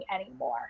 anymore